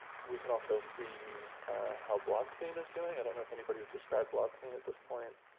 we can also see how blob clean is doing. i don't know if anybody has described blob clean at this point.